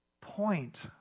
point